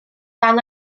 dan